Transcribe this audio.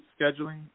scheduling